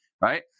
right